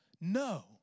No